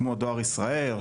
כמו דואר ישראל,